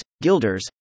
Guilders